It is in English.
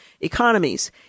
economies